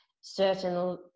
certain